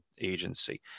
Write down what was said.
agency